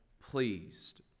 pleased